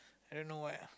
I don't know why ah